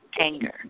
anger